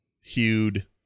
hued